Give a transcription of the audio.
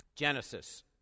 Genesis